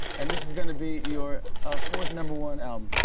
and this is gonna be your fourth number-one album.